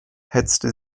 hetzte